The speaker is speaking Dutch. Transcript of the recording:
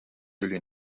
jullie